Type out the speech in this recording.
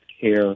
care